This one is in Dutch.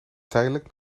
tijdelijk